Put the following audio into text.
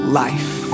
life